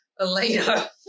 Elena